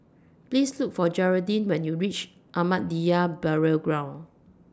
Please Look For Gearldine when YOU REACH Ahmadiyya Burial Ground